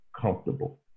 comfortable